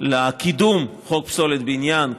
לקידום חוק פסולת בניין,